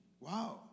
Wow